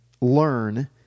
learn